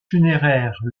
funéraire